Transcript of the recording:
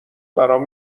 برام